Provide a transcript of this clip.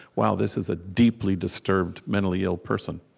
wow, this is a deeply disturbed, mentally ill person